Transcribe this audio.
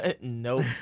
Nope